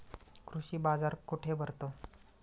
कृषी बाजार कुठे भरतो?